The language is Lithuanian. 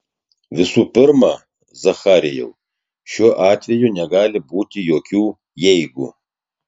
visų pirma zacharijau šiuo atveju negali būti jokių jeigu